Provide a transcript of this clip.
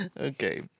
Okay